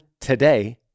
today